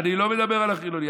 אני לא מדבר על החילונים.